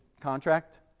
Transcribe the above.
contract